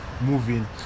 moving